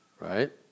right